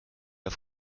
auf